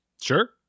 Sure